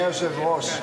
אדוני היושב-ראש,